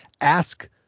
ask